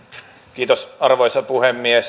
kiitos arvoisa puhemies